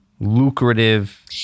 lucrative